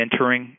mentoring